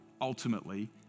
ultimately